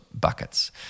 buckets